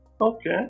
Okay